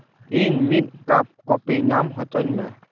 ᱤᱧ ᱢᱤᱫ cup coffee ᱧᱟᱢ ᱦᱚᱪᱚᱧ ᱢᱮ